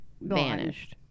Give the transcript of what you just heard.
vanished